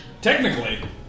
technically